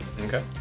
okay